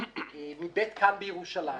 האמירה "מבית כאן בירושלים".